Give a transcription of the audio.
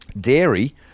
dairy